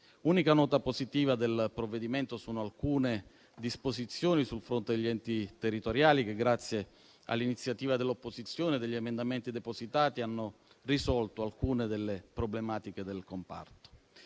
Unica nota positiva del provvedimento sono alcune disposizioni sul fronte degli enti territoriali che, grazie all'iniziativa dell'opposizione e agli emendamenti depositati, hanno risolto alcune delle problematiche del comparto.